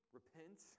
repent